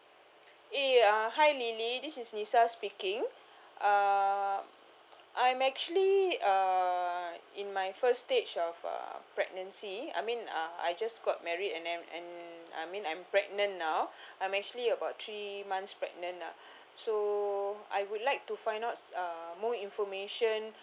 eh uh hi lily this is speaking uh I'm actually uh in my first stage of uh pregnancy I mean uh I just got married and then and I mean I'm pregnant now I'm actually about three months pregnant ah so I would like to find out uh more information